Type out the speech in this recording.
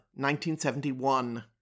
1971